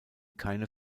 keine